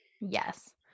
Yes